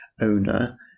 owner